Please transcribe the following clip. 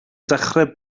dechrau